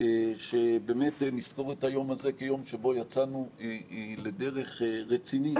שבאמת נזכור את היום הזה כיום שבו יצאנו לדרך רצינית,